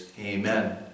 Amen